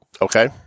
Okay